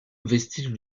vestiges